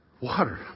Water